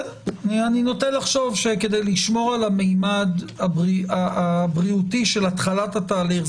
אני נוטה לחשוב שכדי לחשוב על הממד הבריאותי של התחלת התהליך,